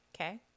Okay